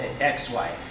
ex-wife